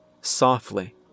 softly